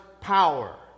Power